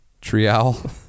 Trial